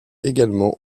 également